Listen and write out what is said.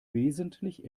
wesentlich